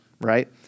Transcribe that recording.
right